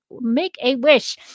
Make-A-Wish